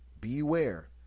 Beware